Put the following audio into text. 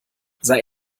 sei